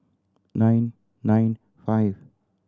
nine nine five